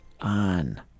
on